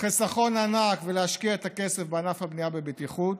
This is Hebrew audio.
חיסכון ענק ולהשקיע את הכסף בענף הבנייה בבטיחות.